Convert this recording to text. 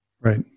Right